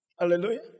Hallelujah